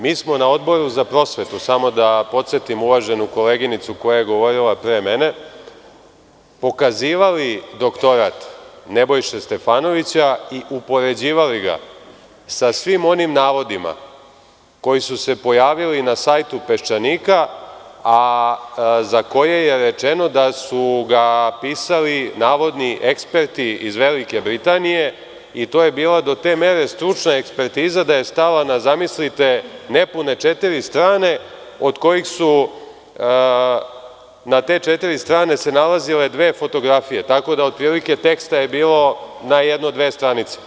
Mi smo na Odboru za prosvetu, samo da podsetim uvaženu koleginicu koja je govorila pre mene, pokazivali doktorat Nebojše Stefanovića i upoređivali ga sa svim onim navodima koji su se pojavili na sajtu „Peščanika“, a za koje je rečeno da su ga pisali navodni eksperti iz Velike Britanije i to je bila do te mere stručna ekspertiza da je stala na, zamislite, nepune četiri strane od kojih su se na te četiri strane nalazile dve fotografije, tako da je od prilike teksta bilo na jedno dve stranice.